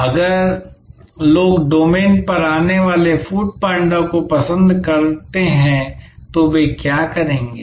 अगर लोग डोमेन पर आने वाले फूड पांडा को पसंद करते हैं तो वे क्या करेंगे